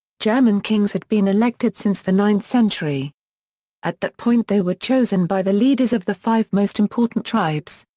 german kings had been elected since the ninth century at that point they were chosen by the leaders of the five most important tribes.